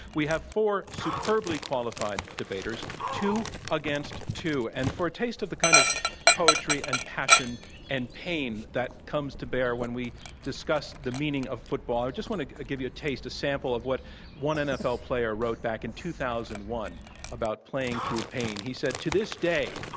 we have four superbly qualified debaters, two against two. and for a taste of the kind of poetry and passion and pain that comes to bear when we discuss the meaning of football, i just want to give you a taste, a sample of what one nfl player wrote back in two thousand and one about playing through pain. he said, to this day,